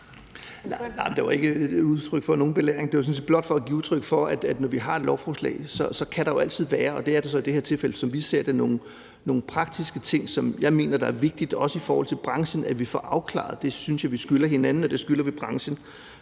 det var ikke udtryk for nogen belæring, det var sådan set blot for at give udtryk for, at når vi har et lovforslag, kan der jo altid være – og det er der så i det her tilfælde, som vi ser det – nogle praktiske ting, som jeg mener det er vigtigt også i forhold til branchen at vi får afklaret. Det synes jeg at vi skylder hinanden, og det skylder vi branchen.